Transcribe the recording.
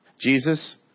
Jesus